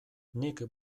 nik